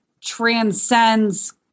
transcends